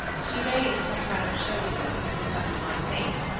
she raised her curved shoulders, and looked up in my face,